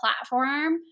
platform